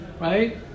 Right